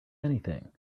anything